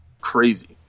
crazy